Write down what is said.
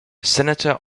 senator